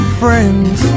friends